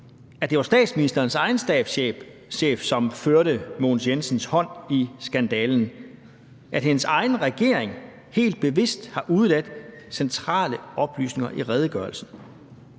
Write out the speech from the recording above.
at det var statsministerens egen stabschef, som førte fødevareministerens hånd i skandalen, og at statsministerens egen regering helt bevidst har udeladt centrale oplysninger i redegørelsen.